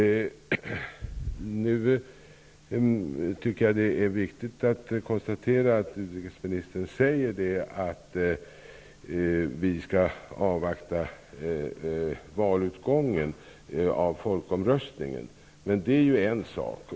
Nu tycker jag att det är viktigt att konstatera att utrikesministern säger att vi skall avvakta utgången av folkomröstningen. Det är ju en sak.